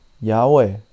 Yahweh